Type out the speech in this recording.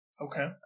Okay